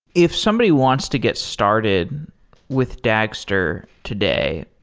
if somebody wants to get started with dagster today,